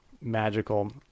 magical